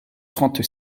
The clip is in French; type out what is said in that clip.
trente